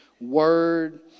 word